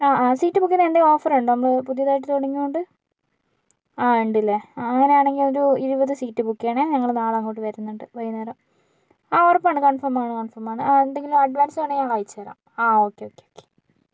ആ ആ seat book ചെയ്താൽ എന്തേലും ഓഫറുണ്ടോ നമ്മൾ പുതിയതായിട്ട് തുടങ്ങിയതുകൊണ്ട് ആ ഉണ്ടല്ലേ അങ്ങനെ ആണെങ്കിലൊരു ഇരുപത് സീറ്റ് ബുക്ക് ചെയ്യണേ ഞങ്ങൾ നാളെ അങ്ങോട്ട് വരുന്നുണ്ട് വൈകുന്നേരം ആ ഉറപ്പാണ് കൺഫേം ആണ് കൺഫേം ആണ് ആ എന്തെങ്കിലും അഡ്വാൻസ് വേണമെങ്കിൽ ഞങ്ങൾ അയച്ച് തരാം ആ ഓക്കേ ഓക്കേ ഓക്കേ